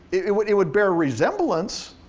it would it would bear resemblance